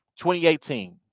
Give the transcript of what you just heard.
2018